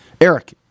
Eric